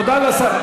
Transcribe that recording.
תודה לשר.